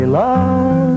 love